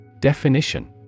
Definition